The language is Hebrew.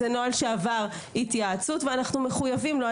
זה נוהל שעבר התייעצות ואנחנו מחויבים לו.